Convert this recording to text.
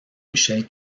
michel